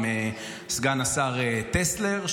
עם סגן השר טסלר,